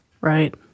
Right